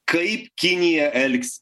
kaip kinija elgsis